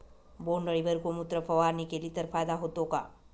बोंडअळीवर गोमूत्र फवारणी केली तर फायदा होतो का?